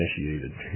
initiated